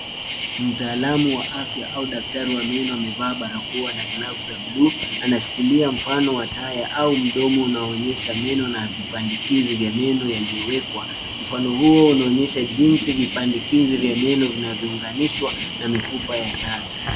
Mtaalamu wa afya au daktari wa meno amevaa barakoa na glavu za buluu. Anashikilia mfano wa taya au mdomo unaoonyesha meno na vipandikizi ya meno yaliyowekwa. Mfano huo unaonyesha jinsi vipandikizi vya meno vinavyounganishwa na mifupa ya taya.